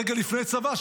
רגע לפני צבא,